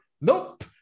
Nope